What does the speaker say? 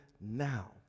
now